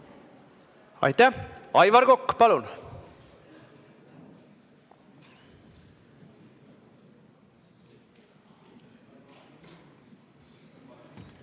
Aitäh! Aivar Kokk, palun!